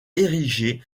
érigé